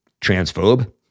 transphobe